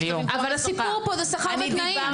אבל הסיפור פה זה השכר והתנאים.